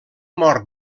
mort